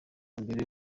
mbere